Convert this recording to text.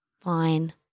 Fine